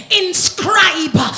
inscribe